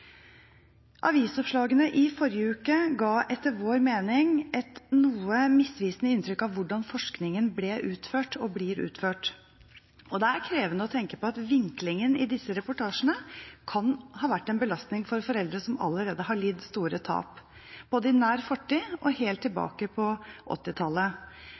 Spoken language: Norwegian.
Avisoppslagene i forrige uke ga, etter vår mening, et noe misvisende inntrykk av hvordan forskningen ble – og blir – utført. Det er krevende å tenke på at vinklingen i disse reportasjene kan ha vært en belastning for foreldre som allerede har lidd store tap, både i nær fortid og helt